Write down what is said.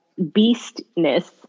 beastness